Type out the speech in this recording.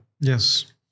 Yes